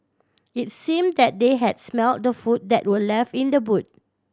it's seem that they had smelt the food that were left in the boot